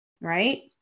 Right